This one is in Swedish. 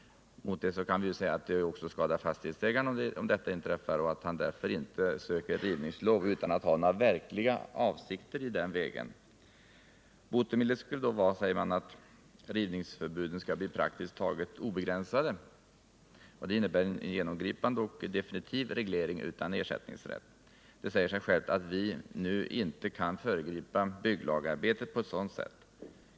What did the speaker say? Mot det kan sägas att det också skadar fastighetsägaren om detta inträffar och att han därför inte söker rivningslov utan att ha några verkliga avsikter i den vägen. Botemedlet skulle vara, säger vpk, att rivningsförbuden blir praktiskt taget obegränsade. Det innebär en genomgripande och definitiv reglering utan ersättningsrätt. Det säger sig självt att vi nu inte kan föregripa bygglagarbetet på ett sådant sätt.